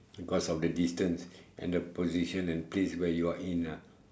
because of the distance and the position and place where you are in ah